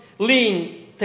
Lean